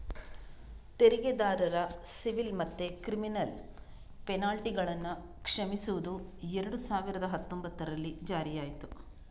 ತೆರಿಗೆದಾರರ ಸಿವಿಲ್ ಮತ್ತೆ ಕ್ರಿಮಿನಲ್ ಪೆನಲ್ಟಿಗಳನ್ನ ಕ್ಷಮಿಸುದು ಎರಡು ಸಾವಿರದ ಹತ್ತೊಂಭತ್ತರಲ್ಲಿ ಜಾರಿಯಾಯ್ತು